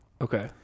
okay